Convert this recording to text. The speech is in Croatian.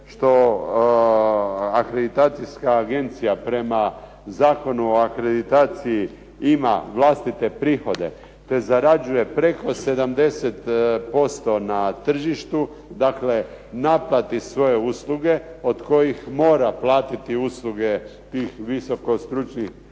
što akreditacijska agencija prema Zakonu o akreditaciji ima vlastite prihode, te zarađuje preko 70% na tržištu, dakle naplati svoje usluge od kojih mora naplatiti usluge tih visokostručnih